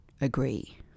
agree